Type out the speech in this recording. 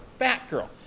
Batgirl